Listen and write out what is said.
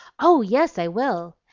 oh yes, i will!